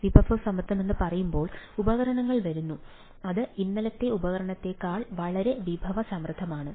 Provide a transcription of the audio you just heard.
വിഭവസമൃദ്ധമെന്ന് പറയാൻ ഉപകരണങ്ങൾ വരുന്നു അത് ഇന്നലത്തെ ഉപകരണങ്ങളേക്കാൾ വളരെ വിഭവസമൃദ്ധമാണ്